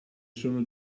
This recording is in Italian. sono